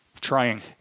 trying